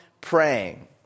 praying